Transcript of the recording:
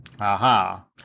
Aha